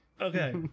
okay